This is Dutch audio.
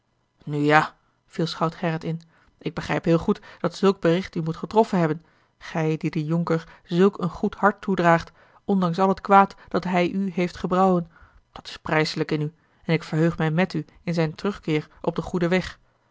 nu ja viel schout gerrit in ik begrijp heel goed dat zulk bericht u moet getroffen hebben gij die den jonker zulk een goed hart toedraagt ondanks al het kwaad dat hij u heeft gebrouwen dat is prijselijk in u en ik verheug mij met u in zijn terugkeer op den goeden weg